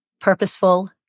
purposeful